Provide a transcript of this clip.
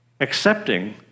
Accepting